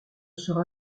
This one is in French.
sera